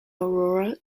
aurora